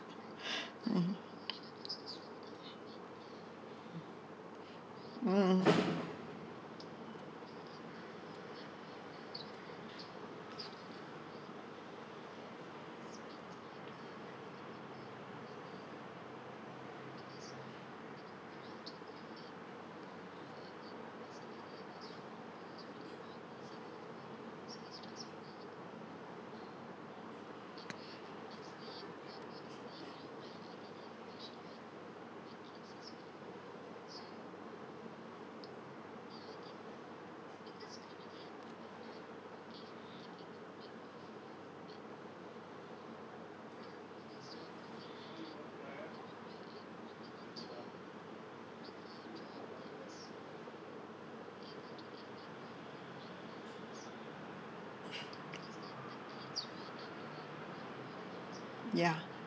mm mm ya